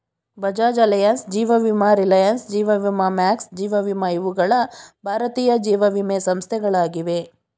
Bajaj Allianz, ಜೀವ ವಿಮಾ ರಿಲಯನ್ಸ್, ಜೀವ ವಿಮಾ ಮ್ಯಾಕ್ಸ್, ಜೀವ ವಿಮಾ ಇವುಗಳ ಭಾರತೀಯ ಜೀವವಿಮೆ ಸಂಸ್ಥೆಗಳಾಗಿವೆ